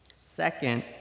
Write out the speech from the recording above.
Second